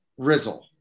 Rizzle